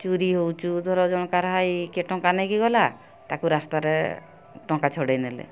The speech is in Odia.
ଚୋରି ହେଉଛି ଧର ଜାଣକାର କିଏ ଟଙ୍କା ନେଇକି ଗଲା ତାକୁ ରାସ୍ତାରେ ଟଙ୍କା ଛଡ଼ାଇ ନେଲେ